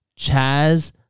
Chaz